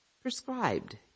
Prescribed